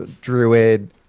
druid